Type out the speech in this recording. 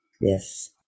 Yes